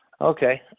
okay